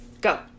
Go